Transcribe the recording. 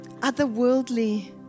otherworldly